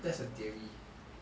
you test a theory